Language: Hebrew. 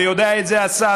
ויודע את זה השר,